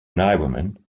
noblemen